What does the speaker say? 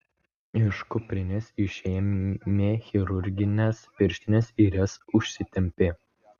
iš kuprinės išėmė chirurgines pirštines ir jas užsitempė